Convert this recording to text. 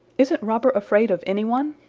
isn't robber afraid of any one?